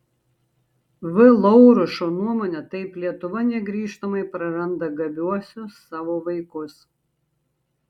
v laurušo nuomone taip lietuva negrįžtamai praranda gabiuosius savo vaikus